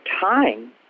time